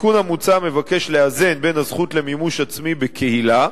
התיקון המוצע מבקש לאזן בין הזכות למימוש עצמי בקהילה,